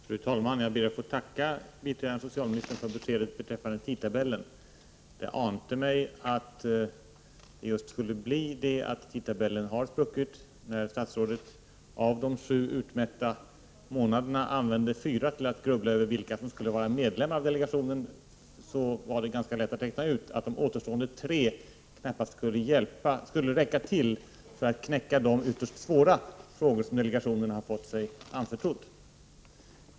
Fru talman! Jag ber att få tacka biträdande socialministern för beskedet beträffande tidtabellen. Det ante mig att tidtabellen skulle komma att spricka. När statsrådet av de sju utmätta månaderna använder fyra till att grubbla över vilka som skall vara ledamöter i delegationen är det ganska lätt att räkna ut att de återstående tre knappast skulle räcka för att knäcka de ytterst svåra frågor som delegationen fått sig anförtrodd.